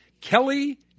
Kelly